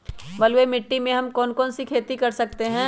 बलुई मिट्टी में हम कौन कौन सी खेती कर सकते हैँ?